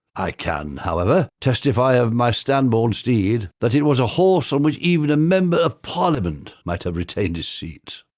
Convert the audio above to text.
i can however testify of my stambourne steed, that it was a horse on which even a member of parliament might have retained his seat.